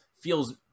feels